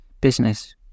business